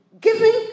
Giving